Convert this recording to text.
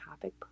topic